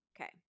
Okay